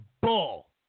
Bull